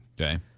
Okay